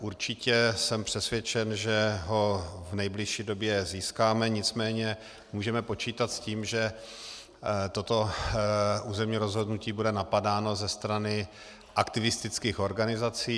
Určitě jsem přesvědčen, že ho v nejbližší době získáme, nicméně můžeme počítat s tím, že toto územní rozhodnutí bude napadáno ze strany aktivistických organizací.